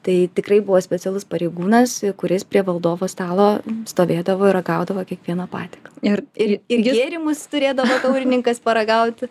tai tikrai buvo specialus pareigūnas kuris prie valdovo stalo stovėdavo ir ragaudavo kiekvieną patiekalą ir ir ir gėrimus turėdavo taurininkas paragauti